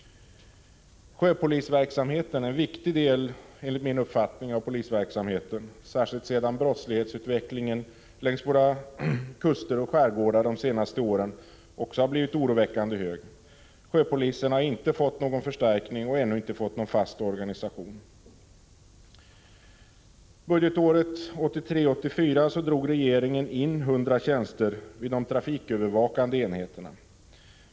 Sjöpolisverksamheten är enligt min uppfattning en viktig del av polisverksamheten, särskilt sedan brottslighetsutvecklingen också längs våra kuster och i skärgårdarna de senaste åren blivit oroväckande hög. Sjöpolisverksamheten har inte fått någon förstärkning och har ännu inte fått någon fast organisation. Budgetåret 1983/84 drog regeringen in 100 tjänster vid de trafikövervakande enheterna.